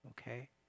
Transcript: okay